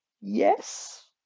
yes